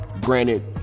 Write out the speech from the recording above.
granted